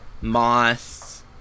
Moss